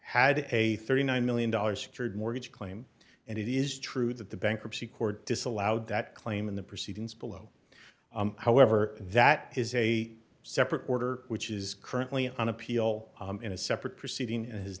had a thirty nine million dollars mortgage claim and it is true that the bankruptcy court disallowed that claim in the proceedings below however that is a separate order which is currently on appeal in a separate proceeding